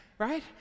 right